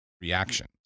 reactions